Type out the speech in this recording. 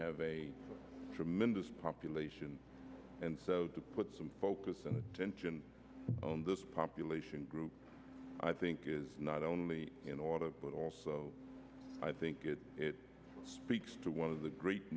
have a tremendous population and so to put some focus and attention on this population group i think is not only in order but also i think it speaks to one of the gre